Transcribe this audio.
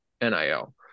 NIL